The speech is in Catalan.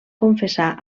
confessar